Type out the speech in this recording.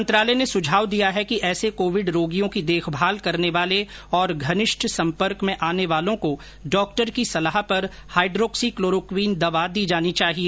मंत्रालय ने सुझाव दिया है कि ऐसे कोविड रोगियों की देखभाल करने वाले और घनिष्ठ संपर्क में आने वालों को डॉक्टर की सलाह पर हाइड्रोक्सी क्लोरोक्विन दवा दी जानी चाहिए